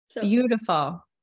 beautiful